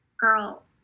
Girl